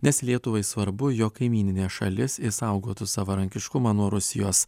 nes lietuvai svarbu jog kaimyninė šalis išsaugotų savarankiškumą nuo rusijos